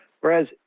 Whereas